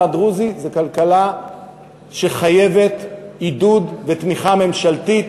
הדרוזי זו כלכלה שחייבת עידוד ותמיכה ממשלתית,